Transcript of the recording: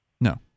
No